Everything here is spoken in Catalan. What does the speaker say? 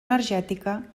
energètica